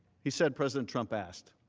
he said president trump asked.